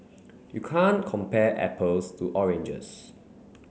you can't compare apples to oranges